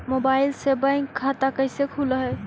Mobile से bank खाता कैसे खुल है?